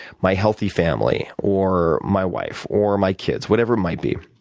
my healthy family, or my wife, or my kids whatever it might be.